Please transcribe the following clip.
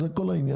זה כל העניין.